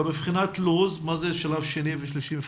מבחינת לוח זמנים מה זה שלב שני ושלישי?